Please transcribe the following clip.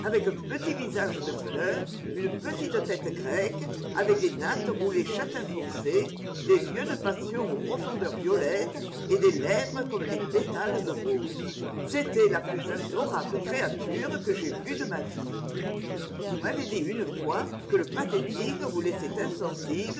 un petit visage de fleur une petite tête grecque avec des nattes roulées châtain foncé des yeux de passion aux profondeurs violettes et des lèvres comme des pétales de rose c'était la plus adorable créature que j'aie vue de ma vie vous m'avez dit une fois que le pathétique vous laissait insensible